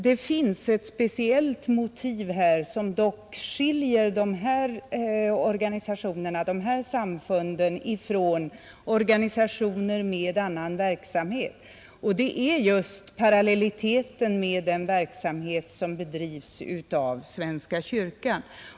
Här finns ett speciellt motiv som dock skiljer de fria samfunden från organisationer med annan verksamhet, och det är just parallelliteten med den verksamhet som bedrivs av svenska kyrkan.